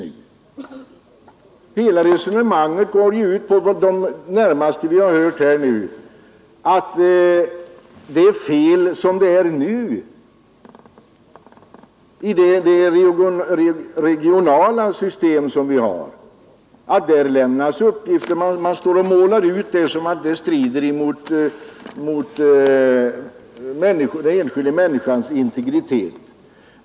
De senaste talarnas resonemang går ju ut på att det är fel som det är nu. Man målar ut det faktum att uppgifter ur de regionala registren lämnas ut som om detta stred mot den enskilda människans integritet.